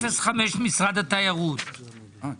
אלפי ₪ ותוכנית השיווק של משרד התיירות- -- אלפי ₪.